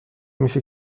میشه